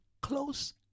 close